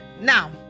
Now